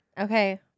Okay